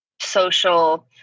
social